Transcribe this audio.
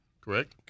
correct